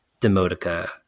Demotica